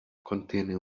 contiene